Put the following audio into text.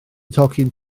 tocyn